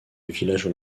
village